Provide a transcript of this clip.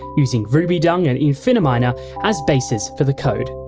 using rubydung and infiniminer as bases for the code.